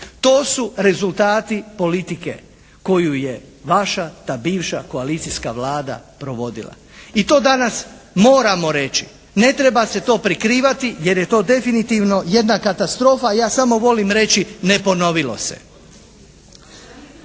To su rezultati politike koji je vaša ta bivša koalicijska Vlada provodila. I to danas moramo reći. Ne treba se to prikrivati jer je to definitivno jedna katastrofa. Ja samo volim reći ne ponovilo se.